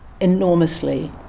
enormously